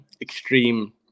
extreme